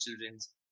children's